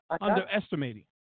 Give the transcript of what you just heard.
underestimating